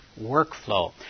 workflow